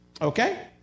Okay